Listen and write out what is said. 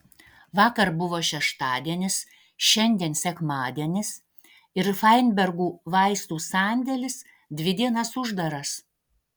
vakar buvo šeštadienis šiandien sekmadienis ir fainbergų vaistų sandėlis dvi dienas uždaras